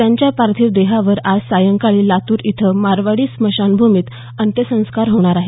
त्यांच्या पार्थिव देहावर आज सायंकाळी लातूर इथं मारवाडी स्मशान भूमीत अंत्यसंस्कार होणार आहेत